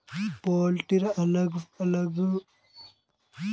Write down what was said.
पशुपालनेर अलग अलग प्रकार छेक पोल्ट्री फार्मिंग, डेयरी फार्मिंग, जलीय खेती, मधुमक्खी पालन